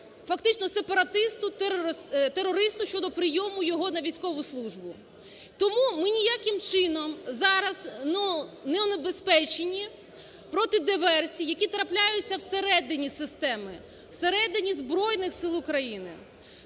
фактично сепаратисту, терористу щодо прийому його на військову службу. Тому ми ніяким чином зараз неубезпечені проти диверсій, які трапляються всередині системи, всередині Збройних Сил України.